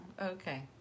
Okay